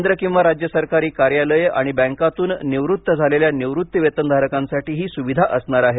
केंद्र किंवा राज्य सरकारी कार्यालये आणि बँकांतून निवृत्त झालेल्या निवृत्तिवेतनधारकांसाठी ही सुविधा असणार आहे